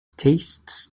tastes